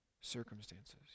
circumstances